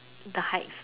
the heights